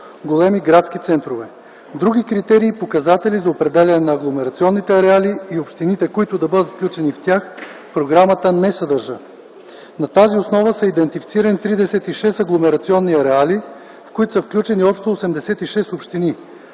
големи градски центрове. Други критерии и показатели за определяне на агломерационните ареали и общините, които да бъдат включени в тях, програмата не съдържа. На тази основа са идентифицирани 36 агломерационни ареали, в които са включени общо 86 общини,